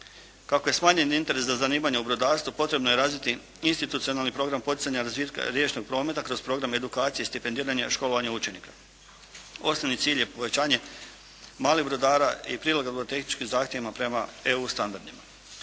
Kako je smanjen interes za zanimanja u brodarstvu, potrebno je razviti institucionalni program poticanja razvitka riječnog prometa kroz program edukacije i stipendiranja školovanja učenika. Osnovni cilj je povećanje malih brodara i prilagodba tehničkim zahtjevima prema EU standardima.